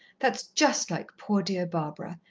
that's just like poor, dear barbara!